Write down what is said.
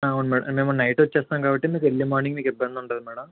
అవును మ్యాడమ్ మేము నైట్ వచ్చేస్తాం కాబట్టి మీకు అర్లి మార్నింగ్ మీకు ఇబ్బంది ఉండదు మ్యాడమ్